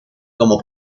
como